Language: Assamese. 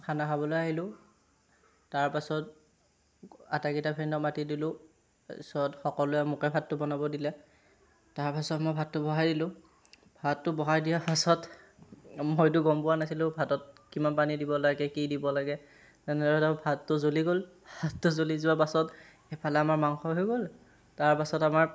খানা খাবলৈ আহিলোঁ তাৰ পাছত আটাইকেইটা ফ্ৰেণ্ডক মাতি দিলোঁ তাৰপাছত সকলোৱে মোকে ভাতটো বনাব দিলে তাৰপাছত মই ভাতটো বহাই দিলোঁ ভাতটো বহাই দিয়াৰ পাছত মইটো গম পোৱা নাছিলোঁ ভাতত কিমান পানী দিব লাগে কি দিব লাগে যেনে ভাতটো জ্বলি গ'ল ভাতটো জ্বলি যোৱা পাছত এফালে আমাৰ মাংস হৈ গ'ল তাৰ পাছত আমাৰ